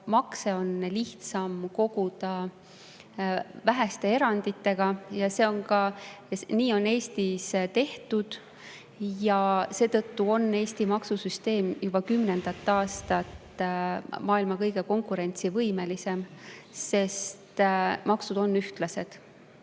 makse on lihtsam koguda väheste eranditega ja nii on Eestis tehtud. Seetõttu on Eesti maksusüsteem juba kümnendat aastat maailma kõige konkurentsivõimelisem, sest maksud on ühtlased.